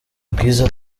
bwiza